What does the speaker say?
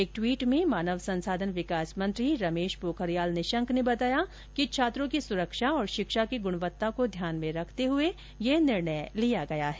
एक ट्वीट में मानव संसाधन विकास मंत्री रमेश पोखरियाल निशंक ने बताया कि छात्रों की सुरक्षा और शिक्षा की गुणवत्ता को ध्यान में रखते हए यह निर्णय लिया गया है